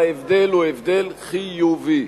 וההבדל הוא הבדל חיובי.